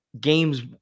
games